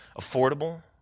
affordable